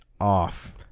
off